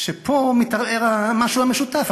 שפה מתערער המשהו-המשותף,